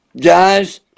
Guys